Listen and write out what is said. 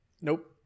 Nope